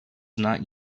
not